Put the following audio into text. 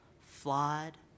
flawed